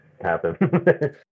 happen